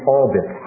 orbit